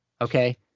Okay